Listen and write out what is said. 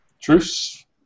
Truce